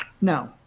No